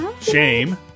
Shame